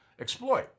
exploit